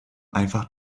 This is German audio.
einfach